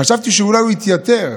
חשבתי שאולי הוא יתייתר,